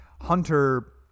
Hunter